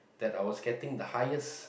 that I was getting the highest